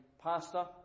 pastor